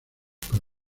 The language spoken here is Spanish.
con